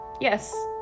Yes